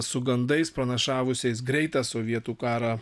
su gandais pranašavusiais greitą sovietų karą